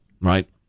Right